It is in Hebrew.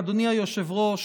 אדוני היושב-ראש,